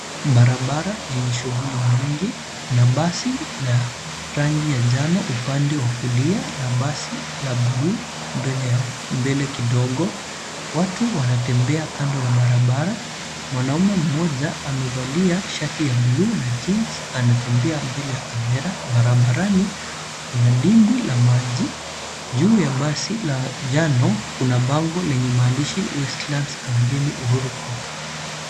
Barabara yenye shughuli nyingi kuna basi ya rangi ya njano upande wa kulia na basi la [blue] mbele kidogo. Watu wanatembea kando ya barabara mwanaume mmoja amevalia shati ya [blue] na [jeans] anatembea mbele ya kamera barabarani kuna dimbwi la maji juu ya basi ya njano kuna bango lenye maadishi Westlands Kagemi uhurupark.